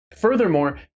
Furthermore